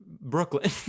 brooklyn